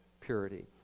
purity